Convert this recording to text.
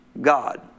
God